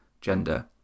gender